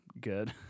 good